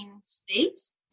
states